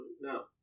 No